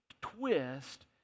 twist